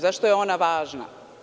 Zašto je ona važna?